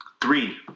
three